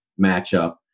matchup